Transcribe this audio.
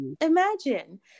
Imagine